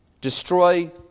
destroy